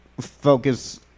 focus